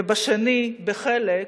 ובשנייה, בחלק,